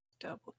Double